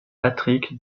patrick